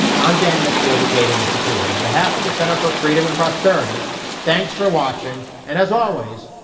i'm dan mitchell ah the cato institute on behalf of the center for freedom and prosperity thanks for watching. and as always,